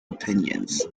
opinions